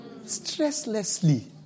Stresslessly